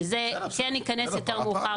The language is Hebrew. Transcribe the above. שזה כן ייכנס יותר מאוחר.